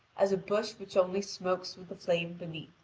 as a bush which only smokes with the flame beneath,